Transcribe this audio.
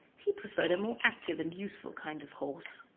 he preferred a more active and useful kind of horse.